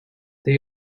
they